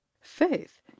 Faith